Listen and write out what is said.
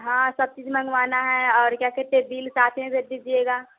हाँ सब चीज़ मंगवाना है और क्या कहते हैं बिल साथ में भेज दीजिएगा